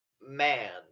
man